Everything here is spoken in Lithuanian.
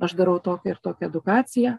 aš darau tokią ir tokią edukaciją